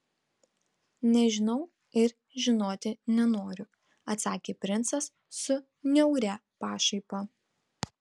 nežinau ir žinoti nenoriu atsakė princas su niauria pašaipa